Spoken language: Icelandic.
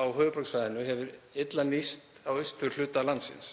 á höfuðborgarsvæðinu hefur illa nýst á austurhluta landsins.